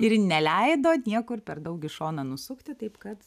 ir neleido niekur per daug į šoną nusukti taip kad